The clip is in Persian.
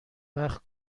وقت